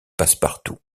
passepartout